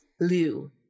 Liu